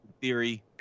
Theory